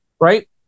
right